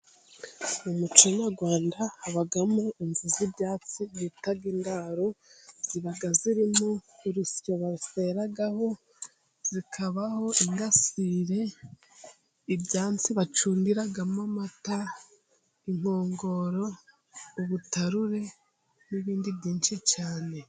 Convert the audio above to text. Mu muco nyarwanda habamo inzu z'ibyatsi bita indaro, ziba zirimo urusyo baseraho zikabaho ingasire, ibyansi bacundiramo amata, inkongoro ,ubutarure, n'ibindi byinshi cyane.